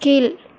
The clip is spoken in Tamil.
கீழ்